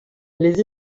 les